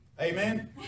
Amen